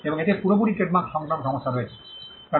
এবং এতে পুরোপুরি ট্রেডমার্ক সংক্রান্ত সমস্যা রয়েছে